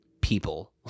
people